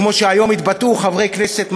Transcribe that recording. כמו שהתבטאו היום חברי כנסת מהימין,